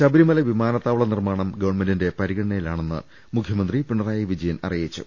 ശബരിമല വിമാനത്താവള നിർമ്മാണം ഗവൺമെന്റിന്റെ പരിഗ ണനയിലാണെന്ന് മുഖ്യമന്ത്രി പിണറായി വിജയൻ അറിയിച്ചു